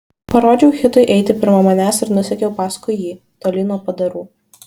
parodžiau hitui eiti pirma manęs ir nusekiau paskui jį tolyn nuo padarų